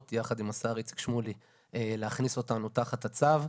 יחד עם השר איציק שמולי להכניס אותנו תחת הצו.